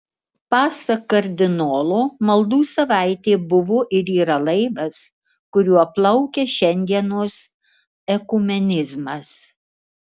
pasak kardinolo maldų savaitė buvo ir yra laivas kuriuo plaukia šiandienos ekumenizmas